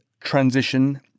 transition